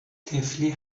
طفلی